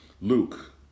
Luke